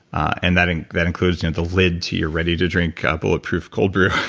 and that and that includes you know the lid to your ready to drink bulletproof cold beer.